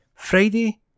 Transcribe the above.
Friday